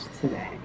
today